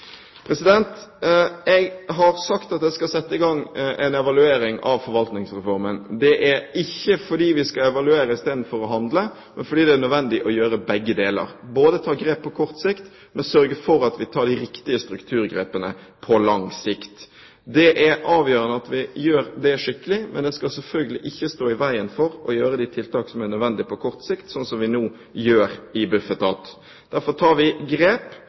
Jeg har sagt at jeg skal sette i gang en evaluering av forvaltningsreformen. Det er ikke fordi vi skal evaluere i stedet for å handle, men fordi det er nødvendig å gjøre begge deler – både ta grep på kort sikt og ta de riktige strukturgrepene på lang sikt. Det er avgjørende at vi gjør det skikkelig. Men det skal selvfølgelig ikke stå i veien for å gjennomføre de tiltakene som er nødvendige på kort sikt – sånn som vi nå gjør i Bufetat. Derfor tar vi grep.